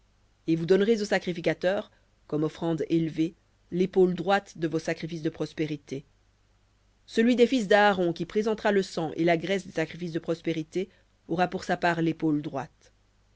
et vous donnerez au sacrificateur comme offrande élevée l'épaule droite de vos sacrifices de prospérités celui des fils d'aaron qui présentera le sang et la graisse des sacrifices de prospérités aura pour sa part l'épaule droite